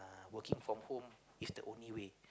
uh working from home is the only way